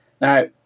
Now